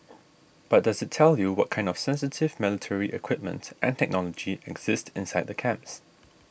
but does it tell you what kind of sensitive military equipment and technology exist inside the camps